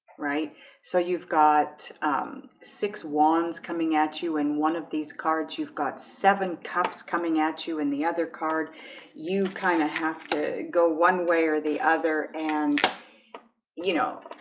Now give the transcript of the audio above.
right so you've got six wands coming at you in one of these cards you've got seven cups coming at you in the other card you kind of have to go one way or the other and you know